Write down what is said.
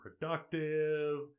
productive